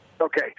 Okay